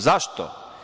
Zašto?